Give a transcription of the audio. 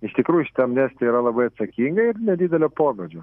iš tikrųjų šita amnestija yra labai atsakinga ir nedidelio pobūdžio